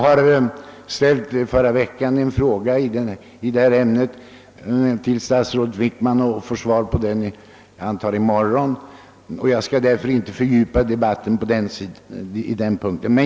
Jag ställde under förra veckan en fråga i detta ämne till statsrådet Wickman, och jag antar att jag får svar på den i morgon, varför jag inte skall fördjupa debatten på denna punkt.